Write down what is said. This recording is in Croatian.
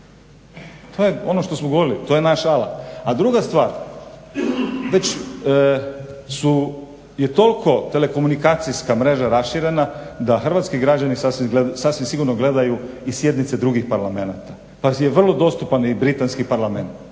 To je ono što smo govorili to je naš alat. A druga stvar već su, je toliko telekomunikacijska mreža raširena da hrvatski građani sasvim sigurno gledaju i sjednice drugih parlamenata pa je vrlo dostupan i britanski parlament.